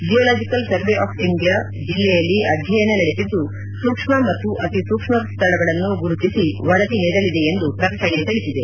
geological survey of India ಜಿಲ್ಲೆಯಲ್ಲಿ ಅಧ್ಯಯನ ನಡೆಸಿದ್ದು ಸೂಕ್ಷ್ಮ ಮತ್ತು ಅತಿಸೂಕ್ಷ್ಮ ಸ್ದಳಗಳನ್ನು ಗುರುತಿಸಿ ವರದಿ ನೀಡಲಿದೆ ಎಂದು ಪ್ರಕಟಣೆ ತಿಳಿಸಿದೆ